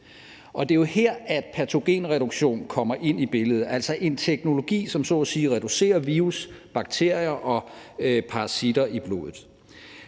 Det er jo her, patogenreduktion kommer ind i billedet, altså en teknologi, som så at sige reducerer virus, bakterier og parasitter i blodet.